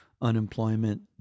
unemployment